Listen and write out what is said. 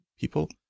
people